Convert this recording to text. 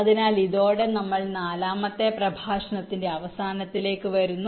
അതിനാൽ ഇതോടെ ഞങ്ങൾ നാലാമത്തെ പ്രഭാഷണത്തിന്റെ അവസാനത്തിലേക്ക് വരുന്നു